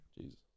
Jesus